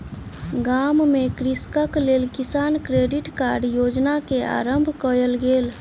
गाम में कृषकक लेल किसान क्रेडिट कार्ड योजना के आरम्भ कयल गेल